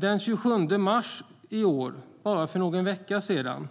Den 27 mars i år, för bara någon vecka sedan,